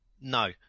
No